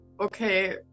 okay